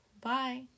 Bye